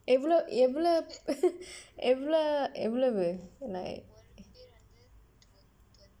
ஏவுளோ ஏவுளவு:evalo evalavu ஏவுளோ ஏவுளவு:evalo evalavu like